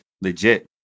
Legit